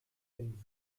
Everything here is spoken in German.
den